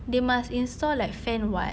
they must install like fan [what]